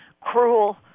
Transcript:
cruel